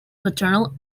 paternal